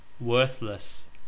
Worthless